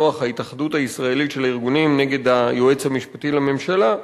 "נח" ההתאחדות הישראלית של הארגונים נגד היועץ המשפטי לממשלה,